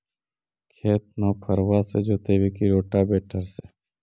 खेत नौफरबा से जोतइबै की रोटावेटर से?